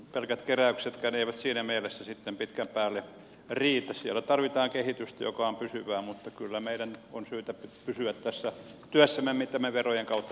pelkät keräyksetkään eivät siinä mielessä pitkän päälle riitä siellä tarvitaan kehitystä joka on pysyvää ja kyllä meidän on syytä pysyä tässä työssämme mitä me verojen kautta tässä teemme